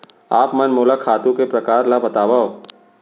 आप मन मोला खातू के प्रकार ल बतावव?